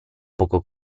poco